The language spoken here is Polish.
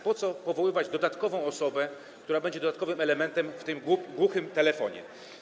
Po co powoływać dodatkową osobę, która będzie dodatkowym elementem w tym głuchym telefonie?